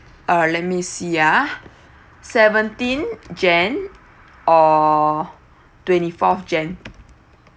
uh let me see uh seventeenth jan or twenty fourth jan